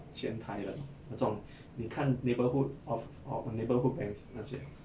前台的那种你看 neighborhood off~ neighborhood banks 那些